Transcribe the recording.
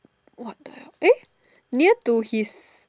what the hell eh near to his